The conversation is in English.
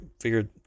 figured